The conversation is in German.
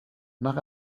nach